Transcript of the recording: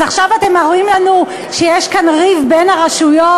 אז עכשיו אתם אומרים לנו שיש כאן ריב בין הרשויות?